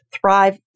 thrive